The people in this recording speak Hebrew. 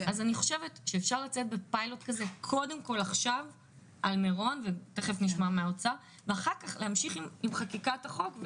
שאפשר לצאת בפיילוט לגבי מירון ואחר כך להמשיך עם החוק.